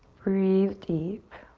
breathe deep.